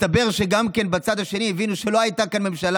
מסתבר שגם כן בצד השני הבינו שלא הייתה כאן ממשלה